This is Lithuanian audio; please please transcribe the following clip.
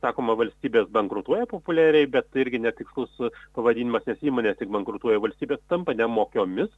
sakoma valstybės bankrutuoja populiariai bet tai irgi ne tik su pavadinimas nes įmonė bankrutuoja valstybės tampa nemokiomis